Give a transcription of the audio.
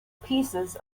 pieces